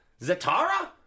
Zatara